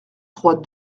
trois